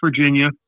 virginia